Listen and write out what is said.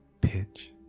pitch